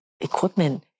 equipment